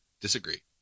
Disagree